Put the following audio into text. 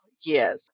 Yes